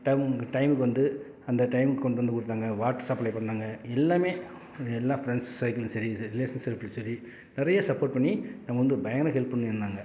time டைமுக்கு வந்து அந்த டைமுக்கு கொண்டுவந்து கொடுத்தாங்க வாட்டர் சப்ளை பண்ணிணாங்க எல்லாம் எல்லாம் ஃப்ரெண்ட்ஸ் சர்க்கிள் சரி ரிலேஷன் சர்க்கிள் சரி நிறைய சப்போட் பண்ணி அவங்க வந்து பயங்கர ஹெல்ப் பண்ணிருந்தாங்க